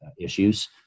issues